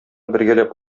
бергәләп